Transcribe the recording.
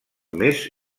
més